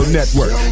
Network